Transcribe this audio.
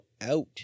out